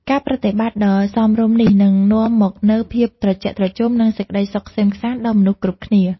ការប្រតិបត្តិដ៏សមរម្យនេះនឹងនាំមកនូវភាពត្រជាក់ត្រជុំនិង សេចក្តីសុខក្សេមក្សាន្តដល់មនុស្សគ្រប់គ្នា។